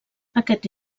aquest